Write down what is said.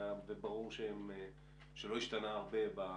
ודי ברור שלא השתנה הרבה.